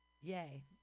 Yay